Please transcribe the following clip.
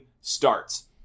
starts